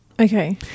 Okay